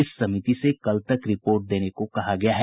इस समिति से कल तक रिपोर्ट देने को कहा गया है